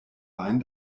wein